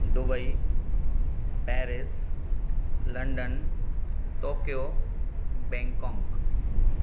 Dubai Paris London Tokyo Bangkok